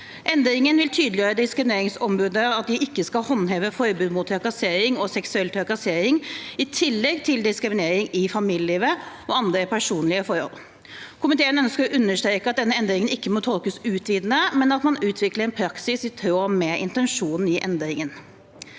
Endringen vil tydeliggjøre at diskrimineringsnemnda ikke skal håndheve forbud mot trakassering og seksuell trakassering i tillegg til diskriminering i familieliv og andre personlige forhold. Komiteen ønsker å understreke at denne endringen ikke må tolkes utvidende, men at man utvikler en praksis i tråd med intensjonen i endringen.